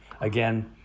Again